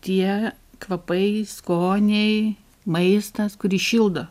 tie kvapai skoniai maistas kuris šildo